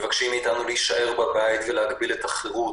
מבקשים מאיתנו להישאר בבית ולהגביל את החירות,